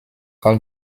all